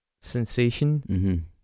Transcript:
Sensation